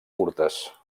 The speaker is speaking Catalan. curtes